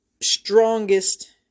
strongest